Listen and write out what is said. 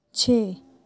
ਛੇ